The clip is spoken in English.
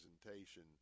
presentation